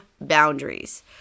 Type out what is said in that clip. boundaries